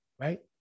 right